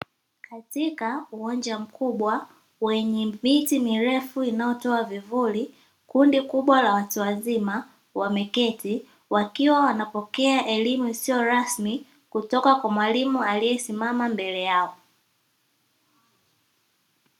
katika uwanja mkubwa wenye miti mirefu inayotoa vivuli kundi kubwa la watu wazima wameketi wakiwa wanapokea elimu isiyo rasmi kutoka kwa mwalimu aliyesimama mbele yao.